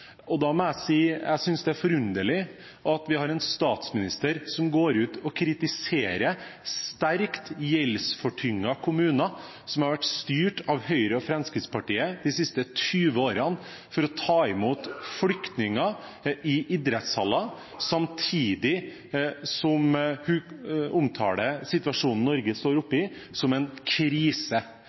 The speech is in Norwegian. og godt lederskap, og da må jeg si jeg synes det er forunderlig at vi har en statsminister som går ut og kritiserer sterkt gjeldstyngede kommuner som har vært styrt av Høyre og Fremskrittspartiet de siste 20 årene, for å ta imot flyktninger i idrettshaller, samtidig som hun omtaler situasjonen Norge står oppe i, som en